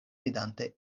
vidante